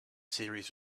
series